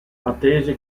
attese